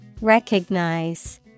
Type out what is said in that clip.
Recognize